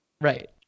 Right